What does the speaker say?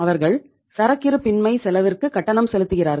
அவர்கள் சரக்கிருப்பின்மை செலவிற்கு கட்டணம் செலுத்துகிறார்கள்